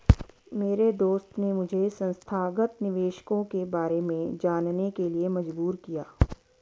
मेरे दोस्त ने मुझे संस्थागत निवेशकों के बारे में जानने के लिए मजबूर किया